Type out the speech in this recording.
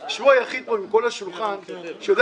ולהקים שולחן עגול עם חאג' יחיא,